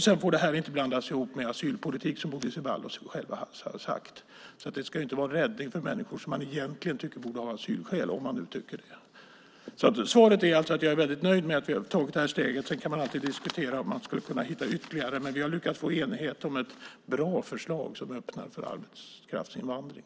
Sedan får det här inte blandas ihop med asylpolitik, som Bodil Ceballos själv har sagt. Det ska inte vara en räddning för människor som man egentligen tycker borde ha asylskäl, om man nu tycker det. Svaret är alltså att jag är väldigt nöjd med att vi har tagit det här steget. Sedan kan man alltid diskutera om man skulle kunna hitta ytterligare steg, men vi har lyckats få enighet om ett bra förslag som öppnar för arbetskraftsinvandring.